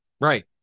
Right